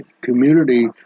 community